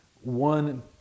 one